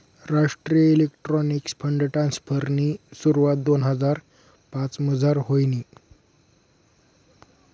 राष्ट्रीय electronics fund ट्रान्स्फरनी सुरवात दोन हजार पाचमझार व्हयनी